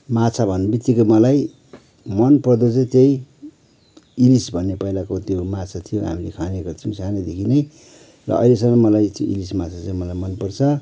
माछा भन्नु बित्तिकै मलाई मन पर्दो चाहिँ त्यही इलिस भन्ने पहिलाको त्यो माछा थियो हामीले खाने गर्थ्यौँ सानोदेखि नै र अहिलेसम्म मलाई इलिस माछा चाहिँ मन पर्छ